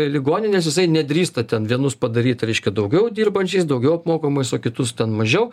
ligoninės jisai nedrįsta ten vienus padaryt reiškia daugiau dirbančiais daugiau apmokamais o kitus ten mažiau